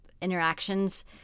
interactions